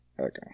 Okay